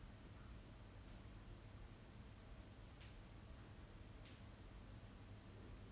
you can't expect much when you have such a big pool following I guess right